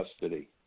custody